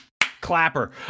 clapper